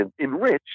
enriched